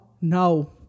No